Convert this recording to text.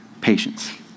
patience